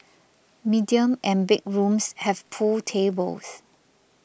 medium and big rooms have pool tables